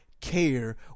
care